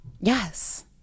Yes